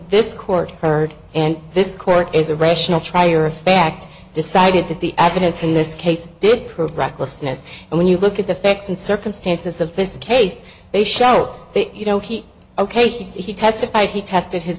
this court heard and this court is a rational trier of fact decided that the evidence in this case did prove recklessness and when you look at the facts and circumstances of this case they show that you know he ok he testified he tested his